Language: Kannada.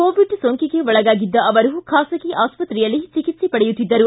ಕೋವಿಡ್ ಸೋಂಕಿಗೆ ಒಳಗಾಗಿದ್ದ ಅವರು ಖಾಸಗಿ ಆಸ್ಪತ್ರೆಯಲ್ಲಿ ಚಿಕಿತ್ಸೆ ಪಡೆಯುತ್ತಿದ್ದರು